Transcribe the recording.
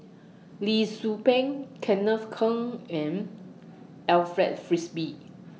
Lee Tzu Pheng Kenneth Keng and Alfred Frisby